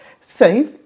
Safe